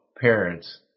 parents